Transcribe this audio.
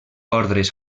ordres